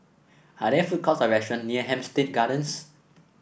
are there food courts or restaurant near Hampstead Gardens